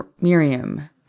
Miriam